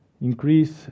Increase